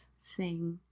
sing